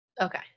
Okay